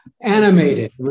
Animated